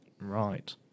right